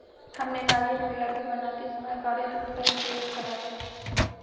हमने नारियल के लड्डू बनाते समय गाढ़े दूध का ही प्रयोग करा था